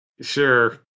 Sure